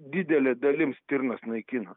didele dalim stirnas naikino